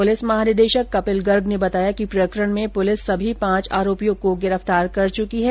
police महानिदेशक कपिल गर्ग ने बताया कि प्रकरण में पुलिस सभी पांच आरोपियों को गिरफ्तार कर चुकी है